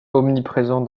omniprésents